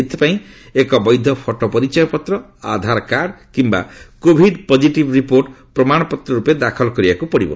ଏଥିପାଇଁ ଏକ ବୈଧ ଫଟୋପରିୟପତ୍ର ଆଧାର କାର୍ଡ କିୟା କୋଭିଡ ପଜିଟିଭ୍ ରିପୋର୍ଟ ପ୍ରମାଣପତ୍ର ରୂପେ ଦାଖଲ କରିବାକୁ ପଡ଼ିବ